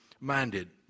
minded